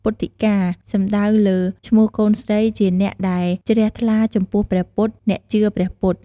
ពុទិ្ធកា សំដៅលើឈ្មោះកូនស្រីជាអ្នកដែលជ្រះថ្លាចំពោះព្រះពុទ្ធ អ្នកជឿព្រះពុទ្ធ។